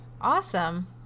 awesome